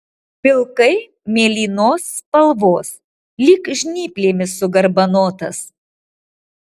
pilkai mėlynos spalvos lyg žnyplėmis sugarbanotas